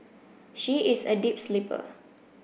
she is a deep sleeper